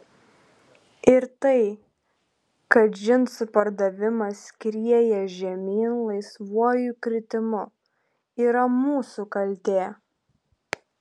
ir tai kad džinsų pardavimas skrieja žemyn laisvuoju kritimu yra mūsų kaltė